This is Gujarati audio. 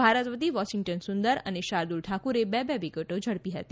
ભારત વતી વોશિંગ્ટન સુંદર અને શાર્દુલ ઠાકુરે બે બે વિકેટ ઝડપી હતી